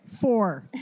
Four